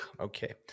Okay